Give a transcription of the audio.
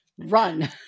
run